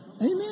Amen